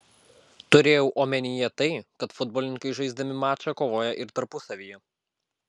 turėjau omenyje tai kad futbolininkai žaisdami mačą kovoja ir tarpusavyje